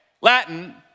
Latin